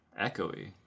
echoey